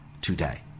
today